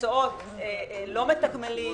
במקצועות לא מתגמלים,